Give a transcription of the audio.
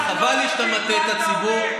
וחבל לי שאתה מטעה את הציבור.